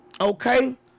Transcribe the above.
Okay